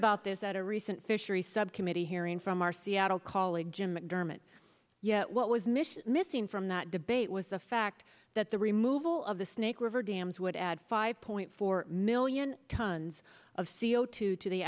about this at a recent fishery subcommittee hearing from our seattle colleague jim mcdermott yet what was missing missing from that debate was the fact that the removal of the snake river dams would add five point four million tons of c o two to the